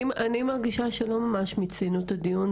כן, אני מרגישה שלא ממש מיצינו את הדיון.